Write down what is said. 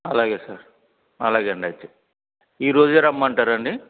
అలాగే సార్ అలాగే అండి అయితే ఈరోజే రమ్మంటారా అండి